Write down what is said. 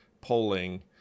polling